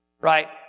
Right